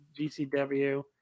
GCW